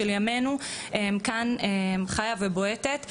והיא כאן חיה ובועטת.